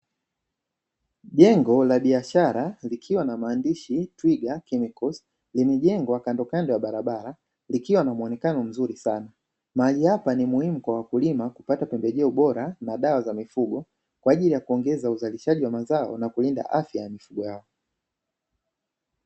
Jengo la biashara likiwa na maandishi ''Twiga chemicals '' limejengwa kando kando ya barabara, likiwa na muonekano mzuri sana. Mahali hapa ni muhimu kwa wakulima kupata pembejeo bora na dawa za mifugo, kwa ajili ya kuongeza uzalishaji wa mazao na kulinda afya ya mifugo yao.